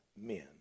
men